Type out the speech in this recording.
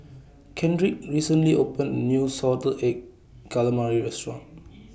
Kendrick recently opened A New Salted Egg Calamari Restaurant